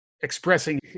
expressing